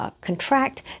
Contract